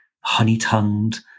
honey-tongued